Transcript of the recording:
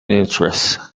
interests